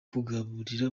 kugaburira